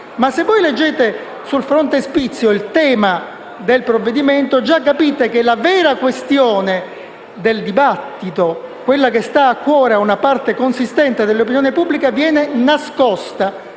ma se voi leggete sul frontespizio il tema del provvedimento già capite che la vera questione del dibattito, quella che sta a cuore a una parte consistente dell'opinione pubblica, viene nascosta,